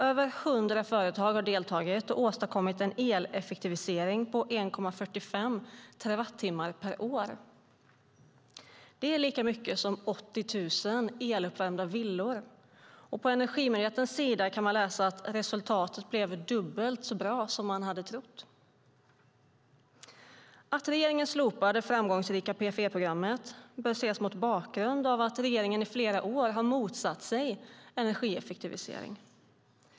Över hundra företag har deltagit och åstadkommit en eleffektivisering på 1,45 terawattimmar per år. Det är lika mycket som 80 000 eluppvärmda villor. På Energimyndighetens hemsida kan man läsa att resultatet blev dubbelt så bra som man hade trott. Att regeringen slopar det framgångsrika PFE-programmet bör ses mot bakgrund av att regeringen i flera år motsatt sig energieffektivisering.